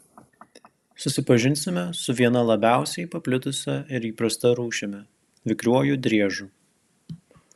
susipažinsime su viena labiausiai paplitusia ir įprasta rūšimi vikriuoju driežu